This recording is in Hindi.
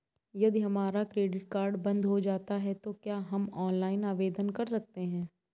यदि हमारा क्रेडिट कार्ड बंद हो जाता है तो क्या हम ऑनलाइन आवेदन कर सकते हैं?